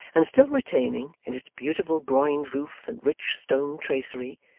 and still retaining, in its beautiful groined roof and rich stone tracery,